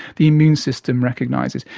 the immune system recognises.